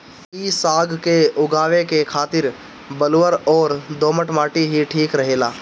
इ साग के उगावे के खातिर बलुअर अउरी दोमट माटी ही ठीक रहेला